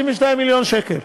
92 מיליון שקל.